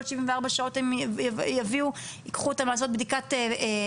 כל שבעים ושתיים שעות יקחו אותם לעשות בדיקת אנטיגן,